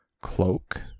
cloak